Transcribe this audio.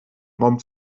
raum